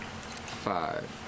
five